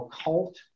occult